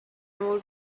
old